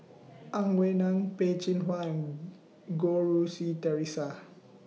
Ang Wei Neng Peh Chin Hua and Goh Rui Si Theresa